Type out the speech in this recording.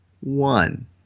One